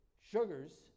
sugars